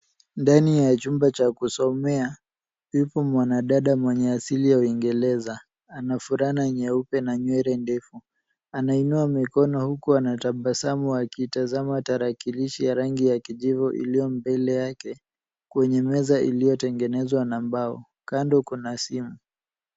Ndani ya chumba cha kusomea, yupo mwanadada mwenye asili ya uingereza. Ana fulana nyeupe na nywele ndefu. Anainua mikono huku anatabasamu akitazama tarakilishi ya rangi ya kijivu iliyo mbele yake kwenye meza iliyotengenezwa na mbao. Kando kuna simu.